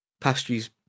Pastries